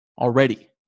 already